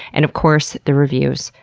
and of course, the reviews.